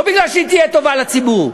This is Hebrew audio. לא מפני שהיא תהיה מתאימה לציבור,